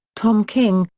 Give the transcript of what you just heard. tom king,